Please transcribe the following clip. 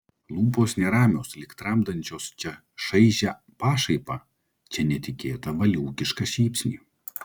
lūpos neramios lyg tramdančios čia šaižią pašaipą čia netikėtą valiūkišką šypsnį